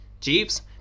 Jeeves